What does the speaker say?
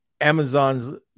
Amazon's